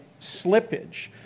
slippage